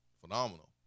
phenomenal